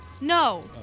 No